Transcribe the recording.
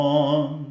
on